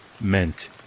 meant